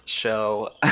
show